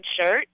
shirt